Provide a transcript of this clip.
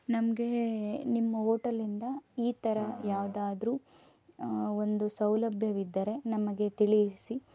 ನಮಗೆ ನಿಮ್ಮ ಓಟಲಿಂದ ಈ ಥರ ಯಾವುದಾದ್ರೂ ಒಂದು ಸೌಲಭ್ಯವಿದ್ದರೆ ನಮಗೆ ತಿಳಿಸಿ